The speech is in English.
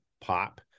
pop